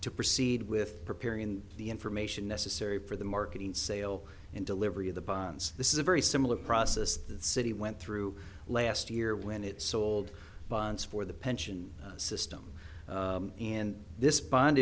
to proceed with preparing the information necessary for the marketing sale and delivery of the bonds this is a very similar process that citi went through last year when it sold bonds for the pension system in this bond